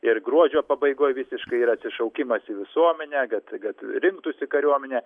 ir gruodžio pabaigoj visiškai yra atsišaukimas į visuomenę kad kad rinktųsi kariuomenę